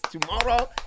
tomorrow